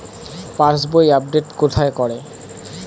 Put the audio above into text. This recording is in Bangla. পাসবই আপডেট কোথায় করে?